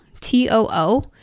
T-O-O